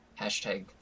Hashtag